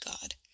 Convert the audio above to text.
god